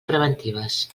preventives